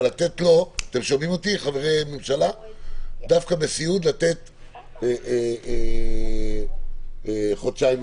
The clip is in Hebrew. אבל דווקא בסיעוד לתת חודשיים נוספים.